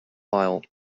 while